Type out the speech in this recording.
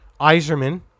Iserman